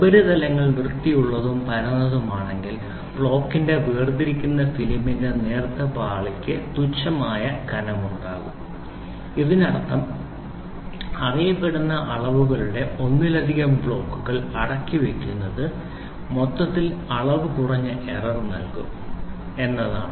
ഉപരിതലങ്ങൾ വൃത്തിയുള്ളതും പരന്നതുമാണെങ്കിൽ ബ്ലോക്കിനെ വേർതിരിക്കുന്ന ഫിലിമിന്റെ നേർത്ത പാളിക്ക് തുച്ഛമായ കനം ഉണ്ടാകും ഇതിനർത്ഥം അറിയപ്പെടുന്ന അളവുകളുടെ ഒന്നിലധികം ബ്ലോക്കുകൾ അടുക്കി വയ്ക്കുന്നത് മൊത്തത്തിലുള്ള അളവ് കുറഞ്ഞ എറർ നൽകും എന്നാണ്